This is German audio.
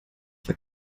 war